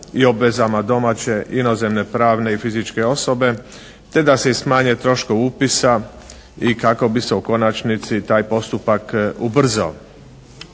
i obvezama domaće, inozemne, pravne i fizičke osobe te da se smanje troškovi upisa i kako bi se u konačnici taj postupak ubrzao.